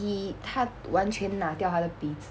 he 他完全拿掉他的鼻子